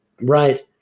right